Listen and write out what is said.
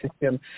system